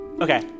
Okay